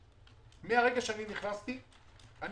חנה שנה אחת במשרד לשירותי דת,